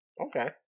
Okay